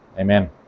amen